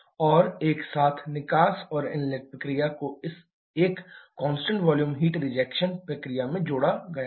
और एक साथ निकास और इनलेट प्रक्रिया को इस एक कांस्टेंट वॉल्यूम हीट रिजेक्शन प्रक्रिया में जोड़ा गया है